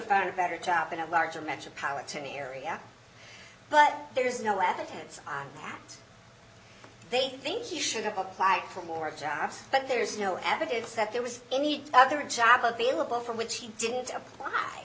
found a better job in a larger metropolitan area but there is no evidence that they think he should have applied for more jobs but there is no evidence that there was any other job available from which he didn't apply